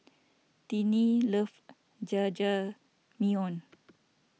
Tinnie love Jajangmyeon